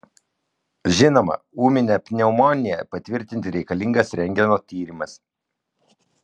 žinoma ūminę pneumoniją patvirtinti reikalingas rentgeno tyrimas